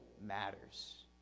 matters